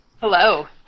Hello